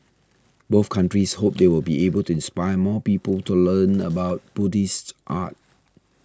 both countries hope they will be able to inspire more people to learn about Buddhist art